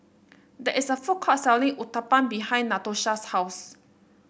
there is a food court selling Uthapam behind Natosha's house